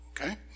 Okay